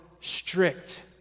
strict